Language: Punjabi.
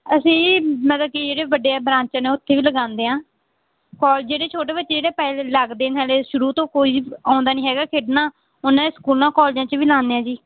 ਅਸੀਂ ਜੀ ਮਤਲਬ ਕਿ ਜਿਹੜੇ ਵੱਡੇ ਹੈ ਬ੍ਰਾਂਚ ਨੇ ਉੱਥੇ ਵੀ ਲਗਾਉਂਦੇ ਹਾਂ ਔਰ ਜਿਹੜੇ ਛੋਟੇ ਬੱਚੇ ਜਿਹੜੇ ਪਹਿਲਾਂ ਲੱਗਦੇ ਨੇ ਹਜੇ ਸ਼ੁਰੂ ਤੋਂ ਕੋਈ ਆਉਂਦਾ ਨਹੀਂ ਹੈਗਾ ਖੇਡਣਾ ਉਨ੍ਹਾਂ ਦੇ ਸਕੂਲਾਂ ਕੋਲਜਾਂ 'ਚ ਵੀ ਲਗਾਉਂਦੇ ਹਾਂ ਜੀ